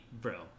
bro